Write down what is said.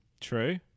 True